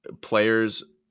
players